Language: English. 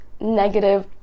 negative